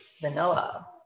Vanilla